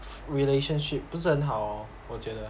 relationship 不是很好 hor 我觉得